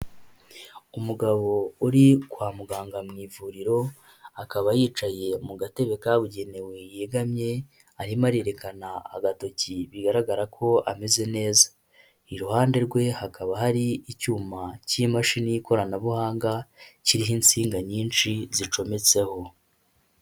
Umugabo uri kwa muganga mu ivuriro, akaba yicaye mu gatebe kabugenewe yegamye, arimo arerekana agatoki bigaragara ko ameze neza, iruhande rwe hakaba hari icyuma cy'imashini y'ikoranabuhanga, kiriho insinga nyinshi zicometseho.